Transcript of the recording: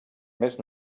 més